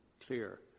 clear